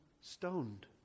stoned